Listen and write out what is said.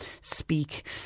speak